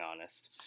honest